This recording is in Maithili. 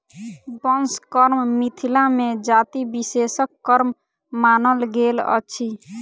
बंस कर्म मिथिला मे जाति विशेषक कर्म मानल गेल अछि